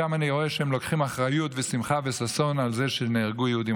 שם אני רואה שהם לוקחים אחריות בשמחה ובששון על זה שנהרגו יהודים,